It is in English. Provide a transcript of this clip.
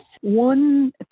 One